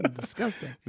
Disgusting